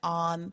on